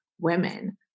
women